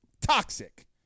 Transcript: Toxic